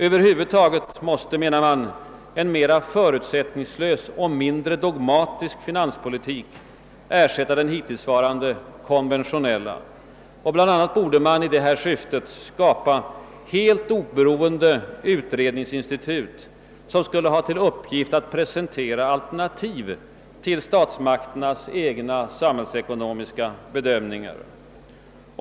Över huvud taget måste, menar man, en mera förutsättningslös och mindre dogmatisk finanspolitik ersätta den hittillsvarande «konventionella. Bland annat borde i detta syfte skapas helt oberoende utredningsinstitut, som skulle ha till uppgift att presentera alternativ till statsmakternas egna samhällsekonomiska bedömningar.